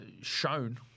shown